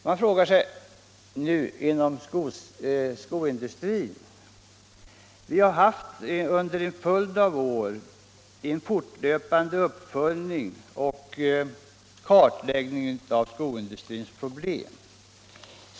Under en följd av år har en fortlöpande uppföljning och kartläggning gjorts av skoindustrins problem.